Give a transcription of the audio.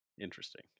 interesting